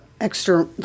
extra